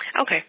Okay